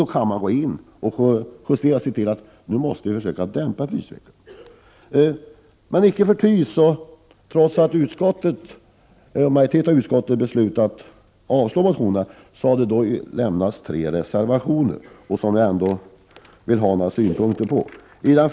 Då kan man gå in och justera priserna och försöka dämpa prisutvecklingen. Men trots att utskottet beslutat avstyrka motionerna har det lämnats tre reservationer, och jag skall anföra några synpunkter på dem.